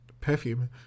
Perfume